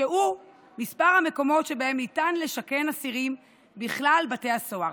שהוא מספר המקומות שבהם ניתן לשכן אסירים בכלל בתי הסוהר.